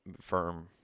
firm